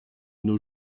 nos